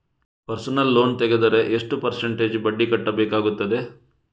Personal loan ತೆಗೆದರೆ ಎಷ್ಟು percentage ಬಡ್ಡಿ ಕಟ್ಟಬೇಕಾಗುತ್ತದೆ?